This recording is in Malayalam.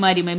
മാരും എം